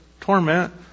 torment